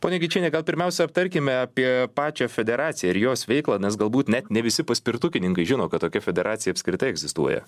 ponia gečiene gal pirmiausia aptarkime apie pačią federaciją ir jos veiklą nes galbūt net ne visi paspirtukininkai žino kad tokia federacija apskritai egzistuoja